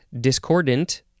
Discordant